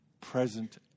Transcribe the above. present